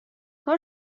کار